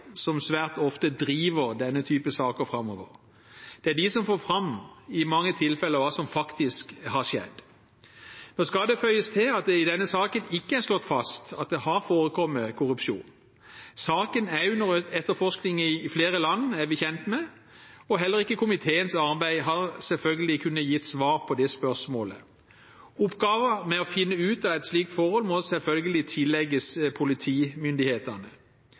som svært ofte driver denne type saker framover. Det er de som får fram, i mange tilfeller, hva som faktisk har skjedd. Nå skal det føyes til at det i denne saken ikke er slått fast at det har forekommet korrupsjon. Saken er nå under etterforskning i flere land, er vi kjent med, og heller ikke har komiteens arbeid – selvfølgelig – kunnet gi svar på det spørsmålet. Oppgaven med å finne ut av et slikt forhold må selvfølgelig tillegges politimyndighetene.